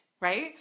right